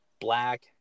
black